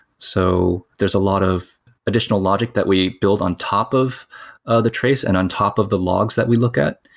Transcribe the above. so there's a lot of additional logic that we build on top of ah the trace and on top of the logs that we look at.